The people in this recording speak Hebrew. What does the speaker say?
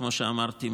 כמו שאמרתי,